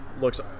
looks